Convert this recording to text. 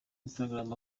instagram